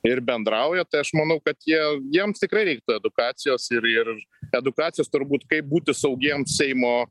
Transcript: ir bendrauja tai aš manau kad jie jiems tikrai reiktų edukacijos ir ir edukacijos turbūt kaip būti saugiem seimo